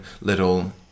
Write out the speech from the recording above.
little